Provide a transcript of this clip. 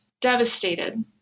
devastated